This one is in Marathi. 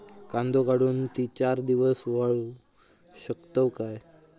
कांदो काढुन ती चार दिवस वाळऊ शकतव काय?